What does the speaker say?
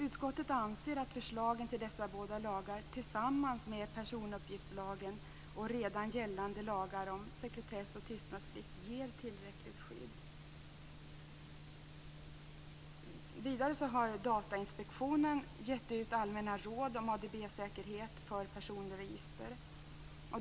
Utskottet anser att förslagen till dessa båda lagar tillsammans med personuppgiftslagen och redan gällande lagar om sekretess och tystnadsplikt ger tillräckligt skydd. Vidare har Datainspektionen gett ut allmänna råd om ADB-säkerhet för personregister.